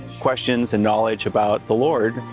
questions and knowledge about the lord,